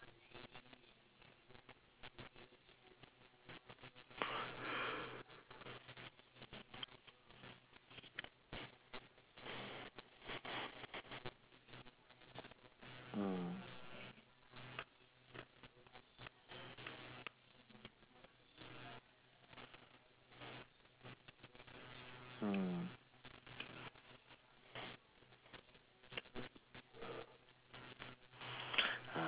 mm mm